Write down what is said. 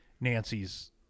Nancy's